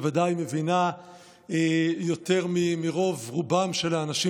בוודאי מבינה יותר מרוב-רובם של האנשים